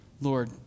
Lord